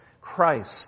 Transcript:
Christ